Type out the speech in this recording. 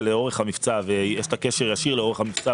לאורך המבצע ויש לה קשר ישיר לאורך המבצע,